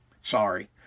Sorry